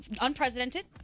unprecedented